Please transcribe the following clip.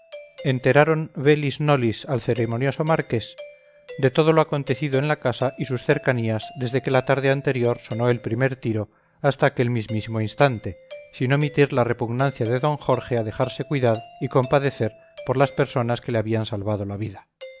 enteraron velis nolis al ceremonioso marqués de todo lo acontecido en la casa y sus cercanías desde que la tarde anterior sonó el primer tiro hasta aquel mismísimo instante sin omitir la repugnancia de d jorge a dejarse cuidar y compadecer por las personas que le habían salvado la vida